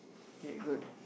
K good